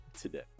today